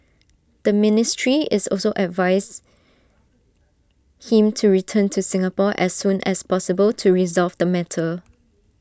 the ministry also advised him to return to Singapore as soon as possible to resolve the matter